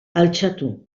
altxatu